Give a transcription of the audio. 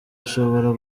ashobora